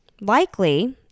likely